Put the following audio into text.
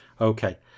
Okay